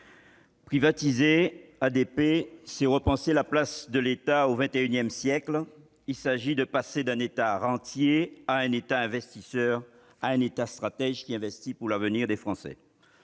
privatiser ADP, c'est repenser la place de l'État au XXI siècle : il s'agit de passer d'un État rentier à un État investisseur, un État stratège qui investit pour l'avenir des Français.